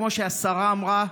כמו שהשרה אמרה,